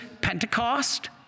Pentecost